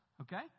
okay